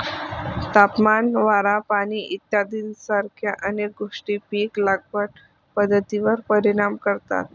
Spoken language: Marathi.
तापमान, वारा, पाणी इत्यादीसारख्या अनेक गोष्टी पीक लागवड पद्धतीवर परिणाम करतात